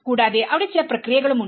കൂടാതെ അവിടെ ചില പ്രക്രിയകളും ഉണ്ട്